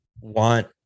want